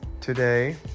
today